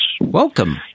Welcome